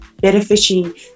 benefiting